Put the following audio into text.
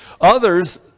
Others